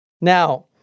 Now